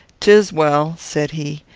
tis well, said he.